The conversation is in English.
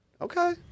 Okay